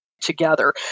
together